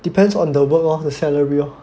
depends on the work orh the salary orh